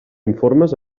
informes